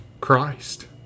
Christ